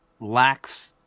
lacks